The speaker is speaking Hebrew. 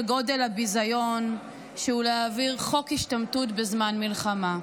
גודל הביזיון שהוא להעביר חוק השתמטות בזמן מלחמה.